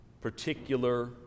particular